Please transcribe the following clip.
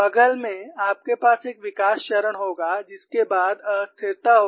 बग़ल में आपके पास एक विकास चरण होगा जिसके बाद अस्थिरता होगी